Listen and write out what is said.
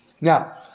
Now